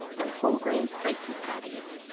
and whole-grain spicy patties.